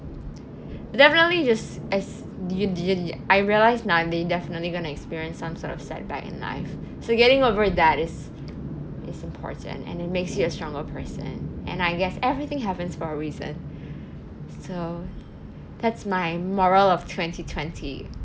definitely just as d~ d~ I realised now that you definitely going to experience some sort of setback in life so getting over that is is important and it makes you a stronger person and I guess everything happens for a reason so that's my moral of twenty twenty